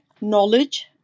knowledge